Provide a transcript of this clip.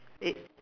it